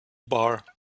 bar